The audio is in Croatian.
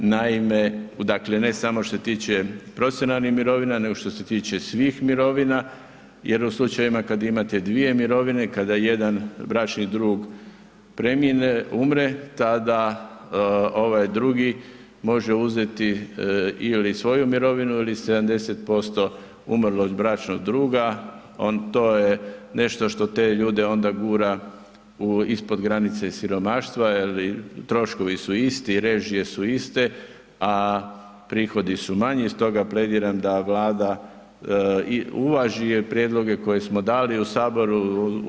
Naime, dakle ne samo što se tiče profesionalnih mirovina, nego što se tiče svih mirovina jer u slučajevima kad imate dvije mirovine, kada jedan bračni drug premine, umre, tada ovaj drugi može uzeti ili svoju mirovinu ili 70% umrlog bračnog druga, to je nešto što te ljude onda gura u, ispod granice siromaštva je li troškovi su isti, režije su iste, a prihodi su manji, stoga plediram da Vlada i uvaži prijedloge koje smo dali u saboru.